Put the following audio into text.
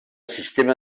sistema